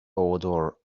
odor